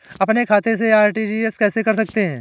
अपने खाते से आर.टी.जी.एस कैसे करते हैं?